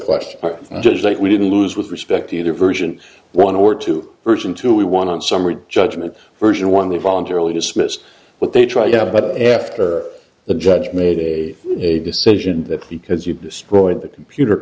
question just like we didn't lose with respect to either version one or two version two we want on summary judgment version one they voluntarily dismissed what they tried out but after the judge made a decision that because you destroyed the computer